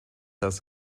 das